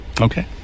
Okay